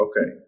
Okay